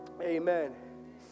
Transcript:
amen